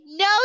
No